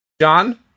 John